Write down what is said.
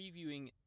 previewing